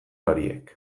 horiek